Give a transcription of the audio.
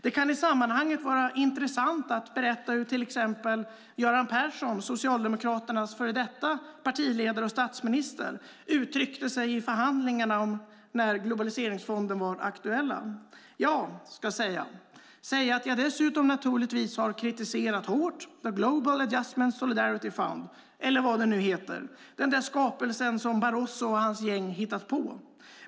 Det kan i sammanhanget vara intressant att berätta hur till exempel Göran Persson, Socialdemokraternas före detta partiledare och statsminister, uttryckte sig om förhandlingarna när globaliseringsfonden var aktuell. Så här sade han: Jag ska säga att jag dessutom naturligtvis har kritiserat hårt The Global Adjustment Solidarity Fund, eller vad den nu heter den där skapelsen som Barroso och hans gäng hittat på.